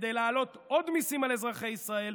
כדי להעלות עוד מיסים על אזרחי ישראל,